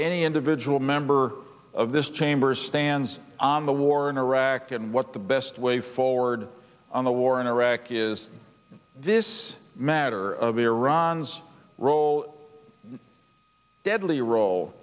any individual member of this chamber stands on the war in iraq and what the best way forward on the war in iraq is this matter of iran role deadly role